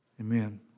Amen